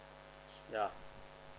yeah